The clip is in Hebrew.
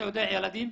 הילדים,